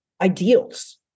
ideals